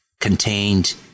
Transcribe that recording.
contained